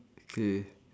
decay